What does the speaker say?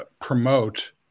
promote